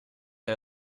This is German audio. der